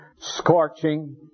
scorching